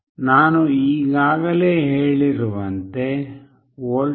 ನಾನು ಈಗಾಗಲೇ ಹೇಳಿರುವಂತೆ voltage 0